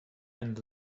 and